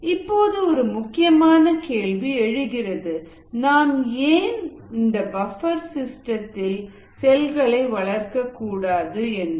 இப்போது ஒரு முக்கியமான கேள்வி எழுகிறது நாம் ஏன் இந்த பஃப்பர் ரில் செல்களை வளர்க்கக்கூடாது என்று